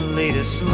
latest